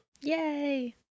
Yay